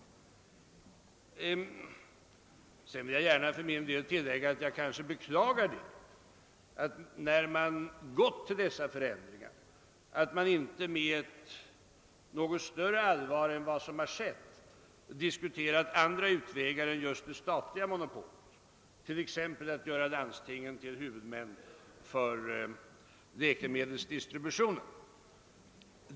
Jag beklagar kanske att man, när man gått till dessa förändringar, inte med större allvar diskuterat andra vägar än just det statliga monopolet, t.ex. att göra landstingen till huvudmän för läkemedelsdistributionen.